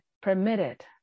permitted